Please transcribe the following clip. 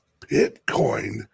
Bitcoin